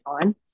on